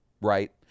right